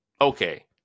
okay